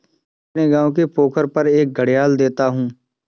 मैंने अपने गांव के पोखर पर एक घड़ियाल देखा था